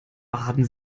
barden